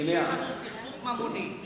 שיש לנו סכסוך ממוני,